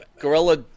Gorilla